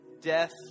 death